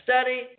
study